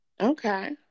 Okay